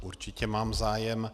Určitě mám zájem.